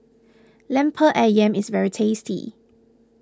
Lemper Ayam is very tasty